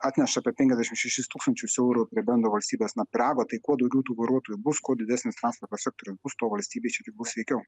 atneša apie penkiasdešim šešis tūkstančius eurų prie bendro valstybės na pyrago tai kuo daugiau tų vairuotojų bus kuo didesnis transporto sektorius bus tuo valstybei čia tik bus sveikiau